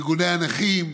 ארגוני הנכים,